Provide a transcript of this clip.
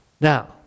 Now